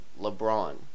LeBron